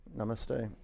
Namaste